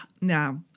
now